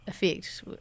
effect